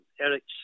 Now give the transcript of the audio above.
Eric's